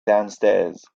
downstairs